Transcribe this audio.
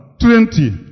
twenty